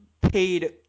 paid